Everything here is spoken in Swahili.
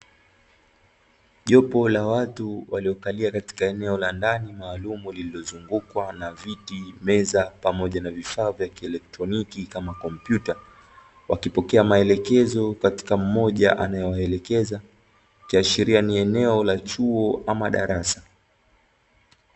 Jopo la watu waliokalia katika eneo la ndani maalumu lililozungukwa na viti, meza pamoja na vifaa vya kielektroniki kama kompyuta, wakipokea maelekezo katika mmoja ya anaewaelekeza ikiashiria ni eneo la chuo ama darasa.